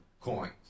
coins